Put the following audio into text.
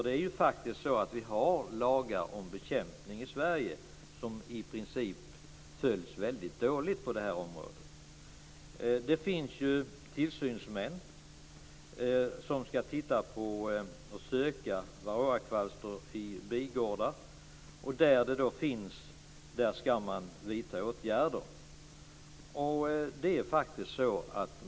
Det är faktiskt så att vi har lagar om bekämpning i Sverige som i princip följs väldigt dåligt på det här området. Det finns tillsynsmän som skall söka varroakvalster i bigårdar. Där det finns kvalster skall man vidta åtgärder.